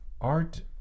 art